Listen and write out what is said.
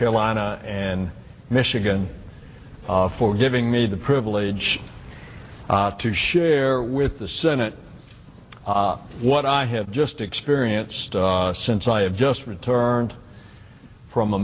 carolina and michigan for giving me the privilege to share with the senate what i have just experienced since i have just returned from a